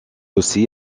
aussi